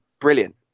brilliant